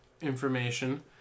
information